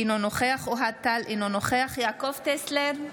אינו נוכח אוהד טל, אינו נוכח יעקב טסלר,